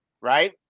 right